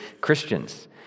Christians